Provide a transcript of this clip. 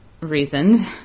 reasons